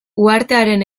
uhartearen